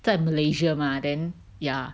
在 Malaysia mah then yeah